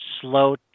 slow